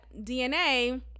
DNA